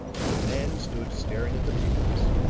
and the man stood staring at the papers,